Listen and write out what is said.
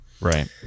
right